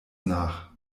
nach